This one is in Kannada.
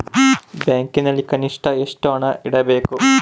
ಬ್ಯಾಂಕಿನಲ್ಲಿ ಕನಿಷ್ಟ ಎಷ್ಟು ಹಣ ಇಡಬೇಕು?